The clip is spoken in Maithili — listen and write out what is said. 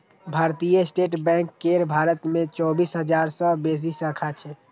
भारतीय स्टेट बैंक केर भारत मे चौबीस हजार सं बेसी शाखा छै